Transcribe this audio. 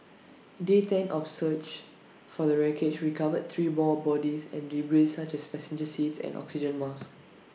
day ten of search for the wreckage recovered three more bodies and debris such as passenger seats and oxygen masks